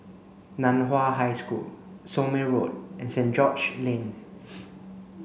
Nan Hua High School Somme Road and Saint George's Lane